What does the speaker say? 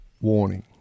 warning